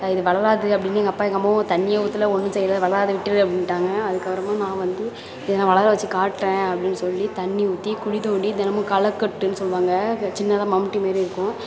இது வளராது அப்படின்னு எங்கள் அப்பா அம்மாவும் தண்ணியே ஊற்றுல ஒன்றும் செய்யலை வளராது விட்டுடு அப்படின்டாங்க அதுக்கப்புறமா நான் வந்து இதை நான் வளர வச்சு காட்டுறேன் அப்படின்னு சொல்லி தண்ணி ஊற்றி குழி தோண்டி தினமும் களக்கட்டுன்னு சொல்வாங்க சின்னதாக மம்டி மாரி இருக்கும்